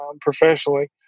professionally